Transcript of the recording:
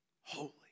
Holy